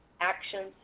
actions